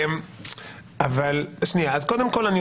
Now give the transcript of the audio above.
אז קודם כל,